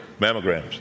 Mammograms